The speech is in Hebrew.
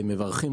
קודם כול,